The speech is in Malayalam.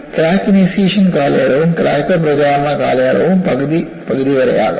ക്രാക്ക് ഇനീഷ്യേഷൻ കാലയളവും ക്രാക്ക് പ്രചാരണ കാലയളവും പകുതി പകുതി വരെയാകാം